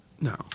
No